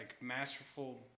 masterful